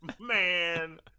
Man